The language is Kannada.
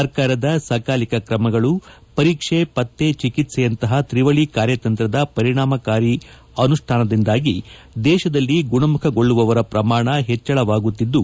ಸರ್ಕಾರದ ಸಕಾಲಿಕ ಕ್ರಮಗಳು ಪರೀಕ್ಷೆ ಪತ್ತೆ ಚಿಕಿತ್ಸೆಯಂತಹ ತ್ರಿವಳಿ ಕಾರ್ಯತಂತ್ರದ ಪರಿಣಾಮಕಾರಿ ಅನುಷ್ಠಾನದಿಂದಾಗಿ ದೇಶದಲ್ಲಿ ಗುಣಮುಖಗೊಳ್ಳುವವರ ಪ್ರಮಾಣ ಹೆಚ್ಚಳವಾಗುತ್ತಿದ್ದು